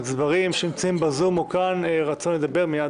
הגזברים שנמצאים בזום או כאן רצון לדבר?